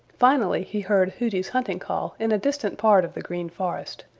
finally he heard hooty's hunting call in a distant part of the green forest,